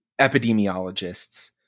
Epidemiologists